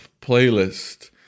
playlist